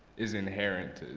is inherent,